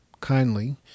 kindly